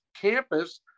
campus